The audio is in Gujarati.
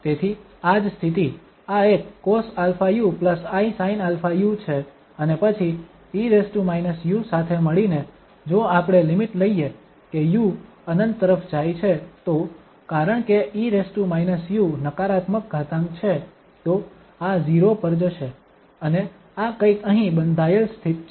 તેથી આ જ સ્થિતિ આ એક cosαuisinαu છે અને પછી e u સાથે મળીને જો આપણે લિમિટ લઈએ કે u ∞ તરફ જાય છે તો કારણ કે e u નકારાત્મક ઘાતાંક છે તો આ 0 પર જશે અને આ કંઈક અહી બંધાયેલ સ્થિત છે